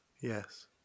Yes